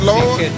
Lord